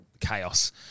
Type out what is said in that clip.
Chaos